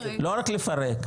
לא רק יפרק.